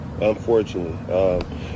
unfortunately